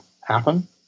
happen